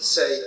Say